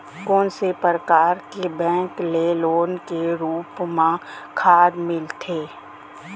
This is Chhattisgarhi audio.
कोन से परकार के बैंक ले लोन के रूप मा खाद मिलथे?